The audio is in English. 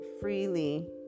freely